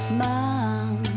mom